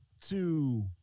two